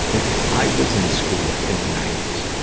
and i was in school in the ninety s.